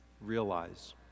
realize